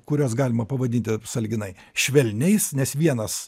kuriuos galima pavadinti sąlyginai švelniais nes vienas